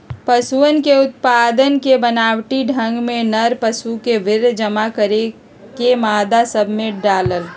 पशुअन के उत्पादन के बनावटी ढंग में नर पशु के वीर्य जमा करके मादा सब में डाल्ल